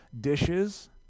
dishes